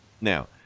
Now